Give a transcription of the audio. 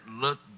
look